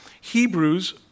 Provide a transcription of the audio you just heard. Hebrews